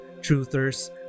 truthers